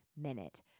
minute